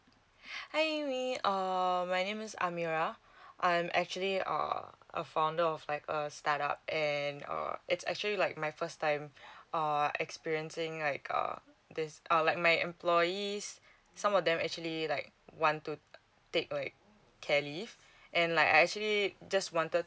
hi ammy my name is amira I'm actually uh a founder of like a start up and uh it's actually like my first time uh experiencing like err this err like my employees some of them actually like want to take like care leave and like I actually just wanted